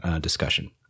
discussion